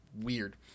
weird